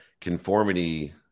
conformity